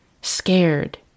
Scared